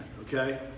okay